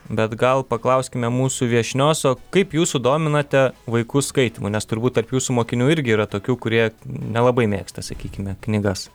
bet gal paklauskime mūsų viešnios o kaip jūs sudominate vaikus skaitymu nes turbūt tarp jūsų mokinių irgi yra tokių kurie nelabai mėgsta sakykime knygas